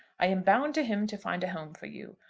i am bound to him to find a home for you.